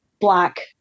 black